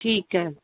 ਠੀਕ ਹੈ